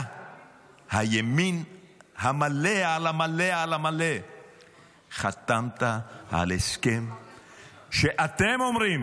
אתה הימין המלא על המלא על המלא חתמת על הסכם שאתם אומרים,